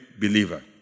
believer